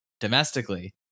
domestically